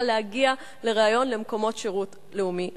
להגיע לריאיון למקומות שירות לאומי רבים.